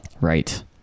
Right